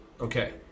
Okay